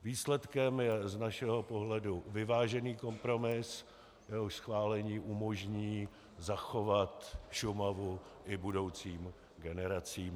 Výsledkem je z našeho pohledu vyvážený kompromis, jehož schválení umožní zachovat Šumavu i budoucím generacím.